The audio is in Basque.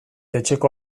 etxeko